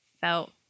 felt